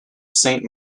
saint